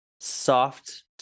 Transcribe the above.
soft